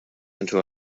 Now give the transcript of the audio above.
into